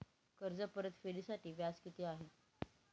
कर्ज परतफेडीसाठी व्याज किती आहे?